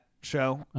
show